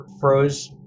froze